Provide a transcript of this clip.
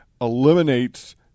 eliminates